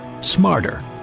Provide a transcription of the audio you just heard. smarter